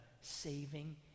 saving